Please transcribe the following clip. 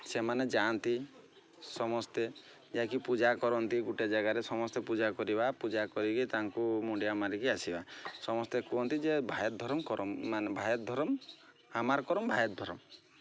ସେମାନେ ଯାଆନ୍ତି ସମସ୍ତେ ଯାଇକି ପୂଜା କରନ୍ତି ଗୋଟେ ଜାଗାରେ ସମସ୍ତେ ପୂଜା କରିବା ପୂଜା କରିକି ତାଙ୍କୁ ମୁଣ୍ଡିଆ ମାରିକି ଆସିବା ସମସ୍ତେ କୁହନ୍ତି ଯେ ଭାଏର୍ ଧରମ୍ ମାନେ ଆମାର୍ କରମ୍ ଭାଏର୍ ଧରମ୍